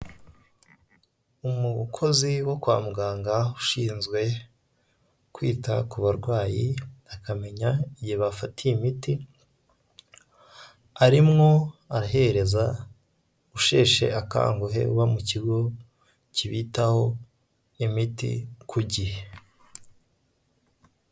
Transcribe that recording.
Umukozi wo kwa muganga ushinzwe kwita ku barwayi akamenya igihe bafatiye imiti arimwo arahereza usheshe akanguhe uba mu kigo kibitaho imiti ku gihe.